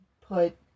put